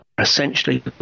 essentially